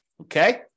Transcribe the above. Okay